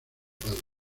padre